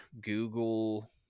Google